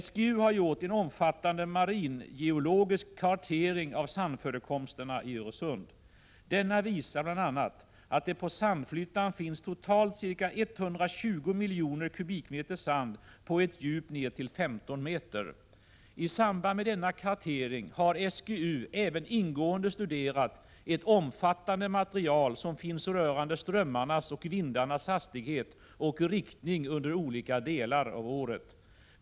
SGU har gjort en omfattande maringeologisk kartering av sandförekoms = Prot. 1986/87:78 terna i Öresund. Denna visar bl.a. att det på Sandflyttan finns totalt ca 120 3 mars 1987 miljoner kubikmeter sand på ett djup ner till 15 meter. I samband med denna kartering har SGU även ingående studerat ett omfattande material som finns rörande strömmarnas och vindarnas hastighet och riktning under olika delar av året.